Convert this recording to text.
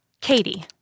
Katie